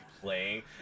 playing